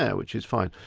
yeah which is fine.